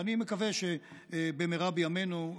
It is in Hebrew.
ואני מקווה שבמהרה בימינו,